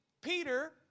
Peter